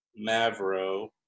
Mavro